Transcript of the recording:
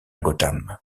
gotham